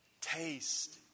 Taste